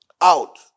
out